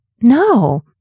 no